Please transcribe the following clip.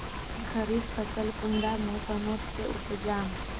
खरीफ फसल कुंडा मोसमोत उपजाम?